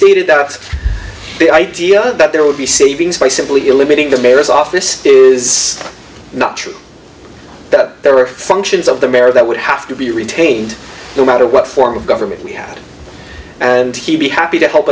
idea that there would be savings by simply eliminating the mayor's office is not true that there are functions of the mayor that would have to be retained no matter what form of government we have and he'd be happy to help